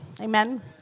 Amen